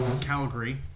Calgary